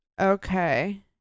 okay